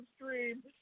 stream